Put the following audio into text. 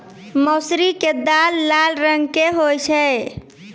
मौसरी के दाल लाल रंग के होय छै